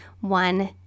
one